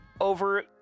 over